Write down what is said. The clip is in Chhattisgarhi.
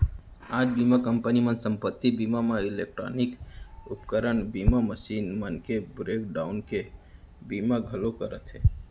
आज बीमा कंपनी मन संपत्ति बीमा म इलेक्टानिक उपकरन बीमा, मसीन मन के ब्रेक डाउन के बीमा घलौ करत हें